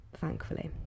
thankfully